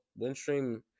Windstream